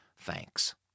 thanks